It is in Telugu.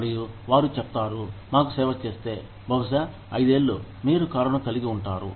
మరియు వారు చెప్తారు మాకు సేవ చేస్తే బహుశా ఐదేళ్లు మీరు కారును కలిగి ఉంటారు